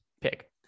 pick